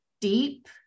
deep